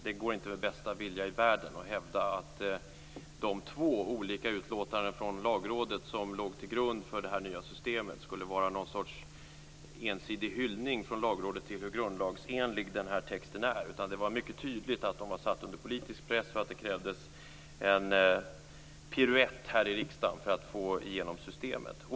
Det går inte med bästa vilja i världen att hävda att de två olika utlåtanden från Lagrådet som låg till grund för det nya systemet skulle vara en ensidig hyllning från Lagrådet av hur grundlagsenlig texten är, utan det var mycket tydligt att de var satta under politisk press och att det krävdes en piruett här i riksdagen för att få igenom systemet.